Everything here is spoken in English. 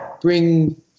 bring